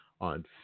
on